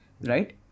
Right